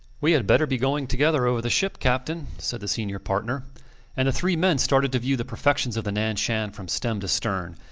we had better be going together over the ship, captain, said the senior partner and the three men started to view the perfections of the nan-shan from stem to stern,